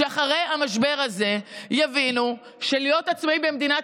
שאחרי המשבר הזה יבינו שלעצמאים במדינת